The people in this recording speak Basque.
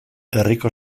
herriko